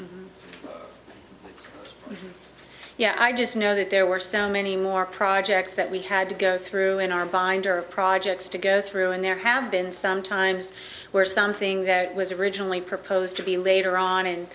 there yeah i just know that there were so many more projects that we had to go through in our binder projects to go through and there have been some times where something that was originally proposed to be later on and